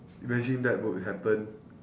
imagine that would happen